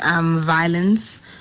violence